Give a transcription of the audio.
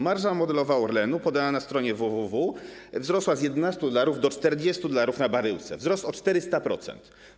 Marża modelowa Orlenu podana na stronie WWW wzrosła z 11 dolarów do 40 dolarów na baryłce, wzrost o 400%.